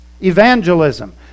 evangelism